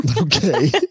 Okay